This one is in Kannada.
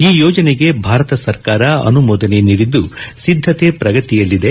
ಈ ಯೋಜನೆಗೆ ಭಾರತ ಸರ್ಕಾರ ಅನುಮೋದನೆ ನೀಡಿದ್ದು ಸಿದ್ದತೆ ಪ್ರಗತಿಯಲ್ಲಿದೆ